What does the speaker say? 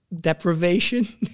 deprivation